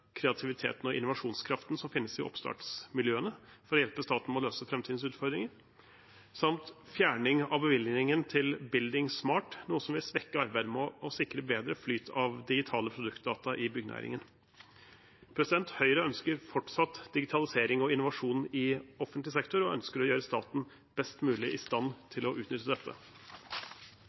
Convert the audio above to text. kreativiteten og innovasjonskraften som finnes i oppstartsmiljøene, for å hjelpe staten med å løse framtidens utfordringer, samt fjerning av bevilgningen til buildingSMART, noe som vil svekke arbeidet med å sikre bedre flyt av digitale produktdata i byggenæringen. Høyre ønsker fortsatt digitalisering og innovasjon i offentlig sektor og ønsker å gjøre staten best mulig i stand til å utnytte dette.